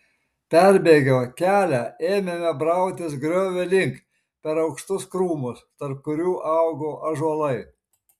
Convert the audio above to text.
perbėgę kelią ėmėme brautis griovio link per aukštus krūmus tarp kurių augo ąžuolai